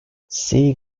see